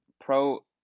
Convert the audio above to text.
Pro